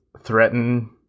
threaten